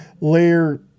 layer